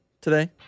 today